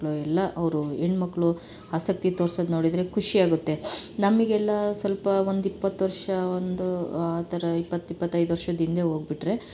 ಎಲ್ಲ ಅವರು ಹೆಣ್ಮಕ್ಳು ಆಸಕ್ತಿ ತೋರ್ಸದು ನೋಡಿದರೆ ಖುಷಿ ಆಗುತ್ತೆ ನಮಗೆಲ್ಲ ಸ್ವಲ್ಪ ಒಂದು ಇಪ್ಪತ್ತು ವರ್ಷ ಒಂದು ಆ ಥರ ಇಪ್ಪತ್ತು ಇಪ್ಪತೈದು ವರ್ಷದ ಹಿಂದೆ ಹೋಗಿಬಿಟ್ರೆ